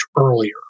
earlier